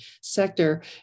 sector